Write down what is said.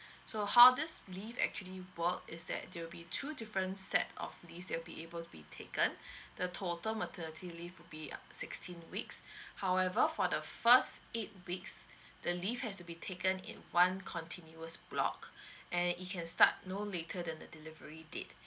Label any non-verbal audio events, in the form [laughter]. so how this leave actually work is that there'll be two different set of leaves that will be able to be taken [breath] the total maternity leave would be up to sixteen weeks [breath] however for the first eight weeks the leave has to be taken in one continuous block and it can start no later than the delivery date